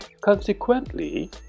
consequently